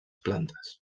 plantes